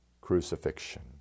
crucifixion